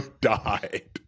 died